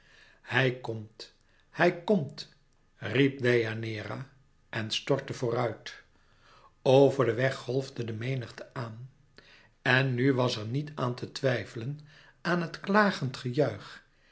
hij komt hij komt riep deianeira en stortte vooruit over den weg golfde de menigte aan en nu was er niet aan te twijfelen aan het klagend